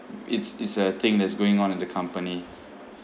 it's it's a thing that's going on in the company